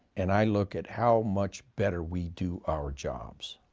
and i look at how much better we do our jobs.